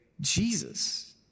Jesus